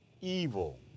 evil